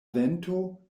vento